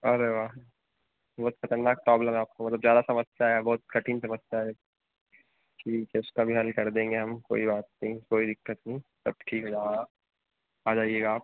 अरे वाह बहुत ख़तरनाक शौक़ लगा आपको मतलब ज़्यादा समझता है बहुत कठिन समझता है ठीक है उसका भी हल कर देंगे हम कोई बात नहीं कोई दिक़्क़त नहीं सब ठीक हो जाएगा आ जाइएगा आप